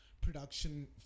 production